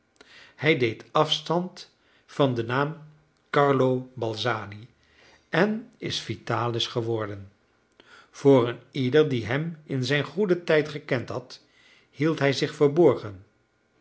hij deed afstand van den naam carlo balzani en is vitalis geworden voor een ieder die hem in zijn goeden tijd gekend had hield hij zich verborgen